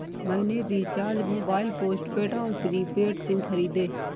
मैंने recharge mobile postpaid और prepaid SIM खरीदे